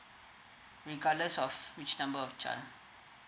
regardless of which number of child